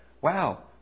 Wow